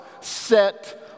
set